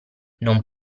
non